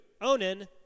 Onan